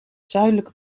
zuidelijke